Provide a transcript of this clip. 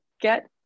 get